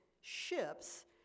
ships